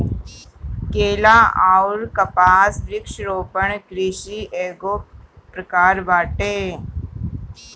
केला अउर कपास वृक्षारोपण कृषि एगो प्रकार बाटे